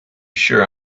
sure